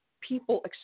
people